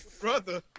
Brother